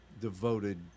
devoted